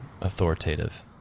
authoritative